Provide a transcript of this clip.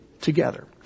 together